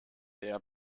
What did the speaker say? der